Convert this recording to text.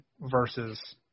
versus